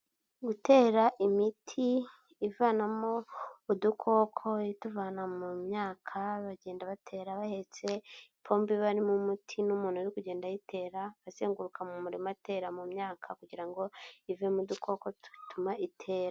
Gutera imiti ivanamo udukoko ituvana mu myaka bagenda batera bahetse ipombo iba irimo umuti n'umuntu uri kugenda ayitera azenguruka mu murima, atera mu myaka, kugira ngo ivemo dukoko dutuma itera.